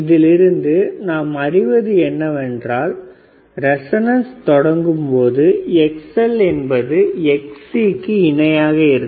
இதிலிருந்து நாம் அறிவது என்னவென்றால் ரெசொன்ன்ஸ் தொடங்கும்பொழுது Xl எப்போதும் Xc க்கு இணையாக இருக்கும்